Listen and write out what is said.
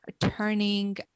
turning